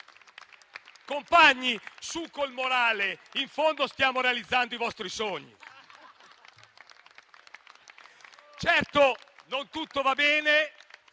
Compagni, su col morale, in fondo stiamo realizzando i vostri sogni. Certo, non tutto va bene.